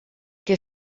que